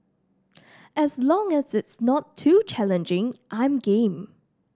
as long as it's not too challenging I'm game